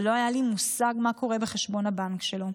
ולא היה לי מושג מה קורה בחשבון הבנק שלו.